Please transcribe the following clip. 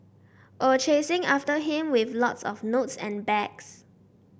or chasing after him with lots of notes and bags